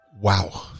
Wow